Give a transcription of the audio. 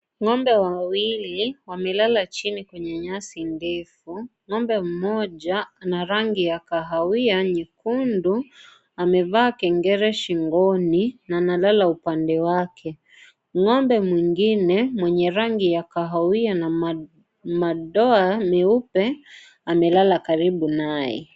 Ng'ombe wawili wamelala chini kwenye nyasi ndefu ng'ombe mmoja ana rangi ya kahawia nyekundu amevaa kengele shingoni na analala upande wake ng'ombe mwingine mwenye rangi ya kahawia na madoa meupe amelala karibu naye.